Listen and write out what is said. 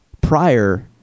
prior